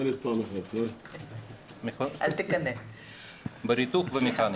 בריתוך ומכניקה.